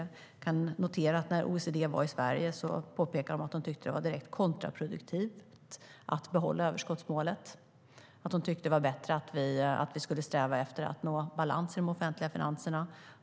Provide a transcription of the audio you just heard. Det kan noteras att när OECD var i Sverige framhöll man att man tycker att det vore direkt kontraproduktivt att behålla överskottsmålet och att det är bättre att vi strävar efter att uppnå balans i de offentliga finanserna.